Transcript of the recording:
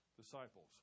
disciples